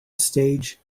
stage